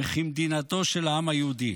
וכמדינתו של העם היהודי,